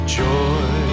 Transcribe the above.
joy